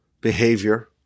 behavior